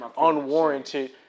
unwarranted